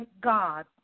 God